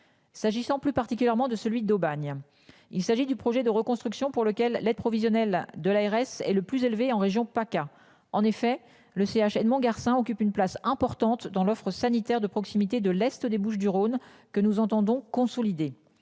S'agissant plus particulièrement de celui d'Aubagne. Il s'agit du projet de reconstruction pour lequel l'aide provisionnels de l'ARS est le plus élevé en région PACA. En effet le CH Edmond Garcin occupe une place importante dans l'offre sanitaire de proximité de l'Est des Bouches Rhône que nous entendons consolider